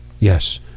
Yes